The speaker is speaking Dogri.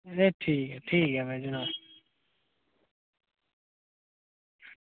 एह् ठीक ऐ ठीक ऐ जनाब